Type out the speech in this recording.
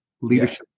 leadership